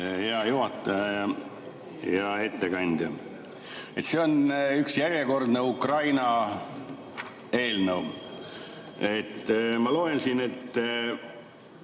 Hea juhataja! Hea ettekandja! See on üks järjekordne Ukraina eelnõu. Ma loen siit, et